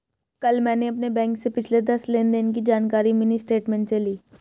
कल मैंने अपने बैंक से पिछले दस लेनदेन की जानकारी मिनी स्टेटमेंट से ली